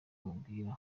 amubwira